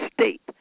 state